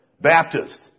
Baptist